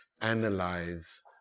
analyze